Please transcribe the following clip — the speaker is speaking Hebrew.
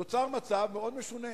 נוצר מצב מאוד משונה,